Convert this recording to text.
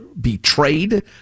betrayed